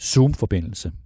Zoom-forbindelse